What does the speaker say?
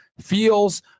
feels